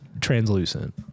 translucent